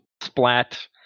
Splat